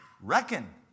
Reckon